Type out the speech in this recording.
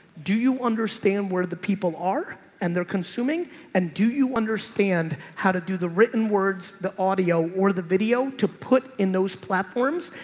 do you understand where the people are and they're consuming and do you understand how to do the written words, the audio or the video to put in those platforms?